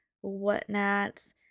whatnot